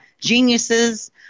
geniuses